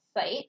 site